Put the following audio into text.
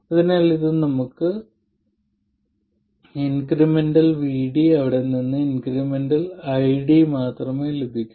അതിനാൽ നമുക്ക് ഇതിൽ നിന്ന് ഇൻക്രിമെന്റൽ VD അവിടെ നിന്ന് ഇൻക്രിമെന്റൽ ID മാത്രമേ ലഭിക്കൂ